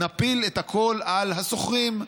נפיל הכול על השוכרים.